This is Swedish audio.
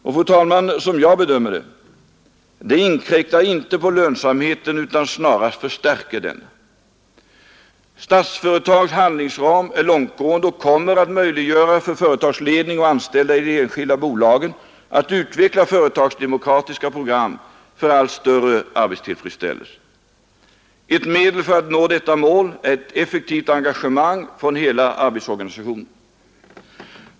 Och som jag bedömer det, fru talman, inkräktar detta inte på lönsamheten utan det snarast förstärker den. Statsföretags handlingsram är långtgående och kommer att möjliggöra för företagsledning och anställda inom de enskilda bolagen att utveckla företagsdemokratiska program för allt större arbetstillfredsställelse. Ett medel att nå detta mål är ett effektivt engagemang från hela arbetsorganisationen.